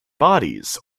bodies